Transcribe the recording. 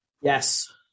Yes